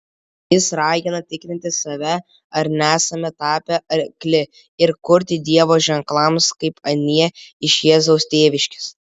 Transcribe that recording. jis ragina tikrinti save ar nesame tapę akli ir kurti dievo ženklams kaip anie iš jėzaus tėviškės